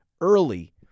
early